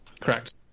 Correct